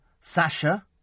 Sasha